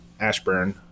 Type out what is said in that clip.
Ashburn